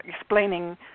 explaining